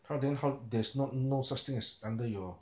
他 then how there is no such things as